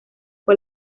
fue